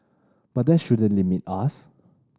but that shouldn't limit us